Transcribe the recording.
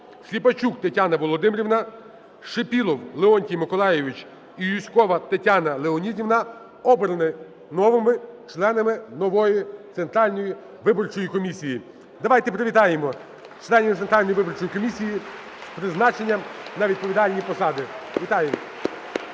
Сліпачук Тетяна Володимирівна, Шипілов Леонтій Миколайович і Юзькова Тетяна Леонідівна. Обрані новими членами нової Центральної виборчої комісії. Давайте привітаємо членів Центральної виборчої комісії з призначенням на відповідальні посади! Вітаємо!